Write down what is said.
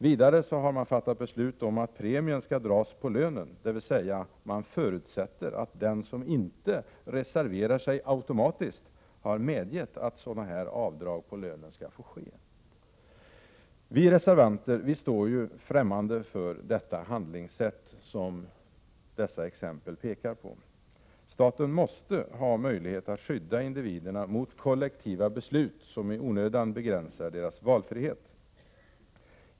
Vidare har beslut fattats om att premien skall dras på lönen, dvs. det förutsätts att den som inte reserverar sig automatiskt har medgett att avdrag på lönen får ske. Vi reservanter står främmande för det handlingssätt som dessa exempel pekar på. Staten måste ha möjlighet att skydda individerna mot kollektiva beslut som i onödan begränsar deras valfrihet.